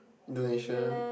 Indonesia